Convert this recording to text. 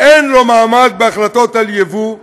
אין לו מעמד בהחלטות על יבוא,